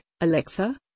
Alexa